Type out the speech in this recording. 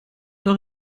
doch